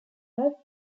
more